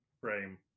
frame